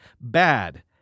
Bad